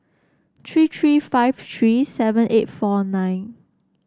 three three five three seven eight four nine